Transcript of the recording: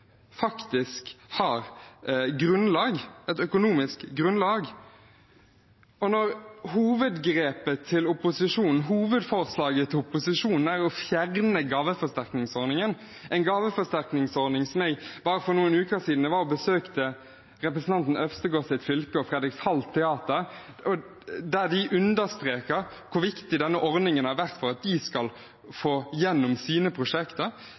faktisk har et økonomisk grunnlag. Hovedgrepet til opposisjonen – hovedforslaget til opposisjonen – er å fjerne gaveforsterkningsordningen. Men jeg var bare for noen uker siden og besøkte representanten Øvstegårds fylke og Fredrikshalds teater, der de understreker hvor viktig denne ordningen har vært for at de skal få gjennom sine prosjekter.